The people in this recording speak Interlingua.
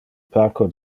parco